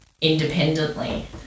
independently